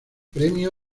premio